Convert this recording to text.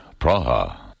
Praha